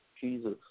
Jesus